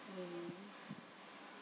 mm